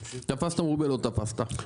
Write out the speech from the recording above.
תפסת מרובה לא תפסת.